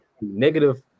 negative